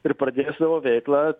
ir pradėjo savo veiklą